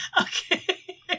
Okay